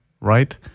right